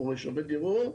או שופט ערעור.